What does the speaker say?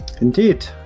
Indeed